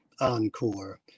encore